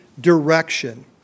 direction